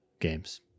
games